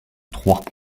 trois